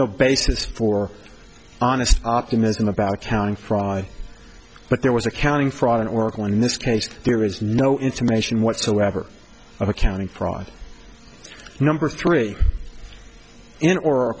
no basis for honest optimism about accounting fraud but there was accounting fraud in oracle in this case there is no intimation whatsoever of accounting fraud number three in or